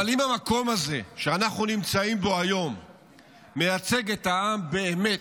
אבל אם המקום הזה שאנחנו נמצאים בו היום מייצג את העם באמת,